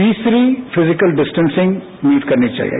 तीसरी physical distancing meet करनी चाहिये